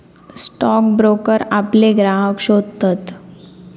stock broker आपले ग्राहक शोधतत